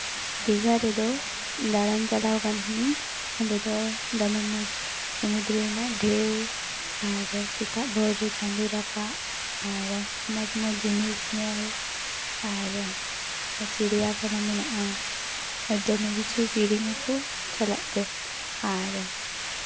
ᱫᱤᱜᱷᱟ ᱨᱮᱫᱚ ᱫᱟᱬᱟᱱ ᱪᱟᱞᱟᱣ ᱠᱟᱱ ᱛᱟᱦᱮᱸ ᱱᱟᱹᱧ ᱚᱸᱰᱮ ᱫᱚ ᱫᱚᱢᱮ ᱢᱚᱡᱽ ᱥᱚᱢᱩᱫᱽᱫᱨᱚ ᱨᱮᱱᱟᱜ ᱰᱷᱮᱣ ᱟᱨ ᱥᱮᱛᱟᱜ ᱵᱷᱳᱨ ᱨᱮ ᱪᱟᱸᱫᱚ ᱨᱟᱠᱟᱵ ᱟᱨ ᱢᱚᱡᱽ ᱢᱚᱡᱽ ᱡᱤᱱᱤᱥ ᱧᱮᱞ ᱟᱨ ᱪᱤᱲᱤᱭᱟ ᱠᱷᱟᱱᱟ ᱢᱮᱱᱟᱜᱼᱟ ᱟᱨ ᱫᱚᱢᱮ ᱠᱤᱪᱷᱩ ᱠᱤᱨᱤᱧ ᱠᱚ ᱪᱟᱞᱟᱜ ᱛᱮ ᱟᱨ